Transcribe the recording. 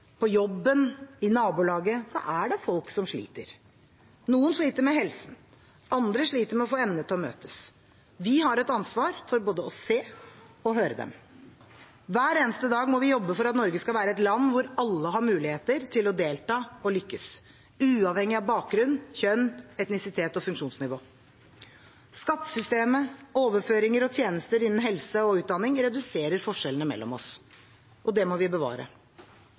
på jobben og i nabolaget, er det folk som sliter. Noen sliter med helsen, andre sliter med å få endene til å møtes. Vi har et ansvar for både å se og høre dem. Hver eneste dag må vi jobbe for at Norge skal være et land hvor alle har mulighet til å delta og lykkes, uavhengig av bakgrunn, kjønn, etnisitet og funksjonsnivå. Skattesystemet, overføringer og tjenester innenfor helse og utdanning reduserer forskjellene mellom oss. Det må vi bevare.